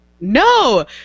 No